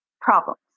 problems